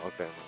okay